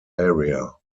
area